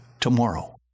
tomorrow